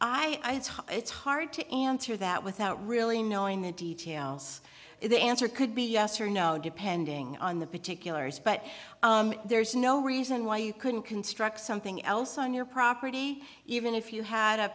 say it's hard to answer that without really knowing the details the answer could be yes or no depending on the particulars but there's no reason why you couldn't construct something else on your property even if you had a